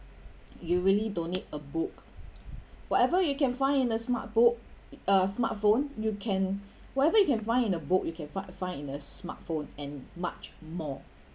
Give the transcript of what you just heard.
you really don't need a book whatever you can find in a smartbook uh smartphone you can whatever you can find in a book you can fi~ find in a smartphone and much more